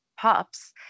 pups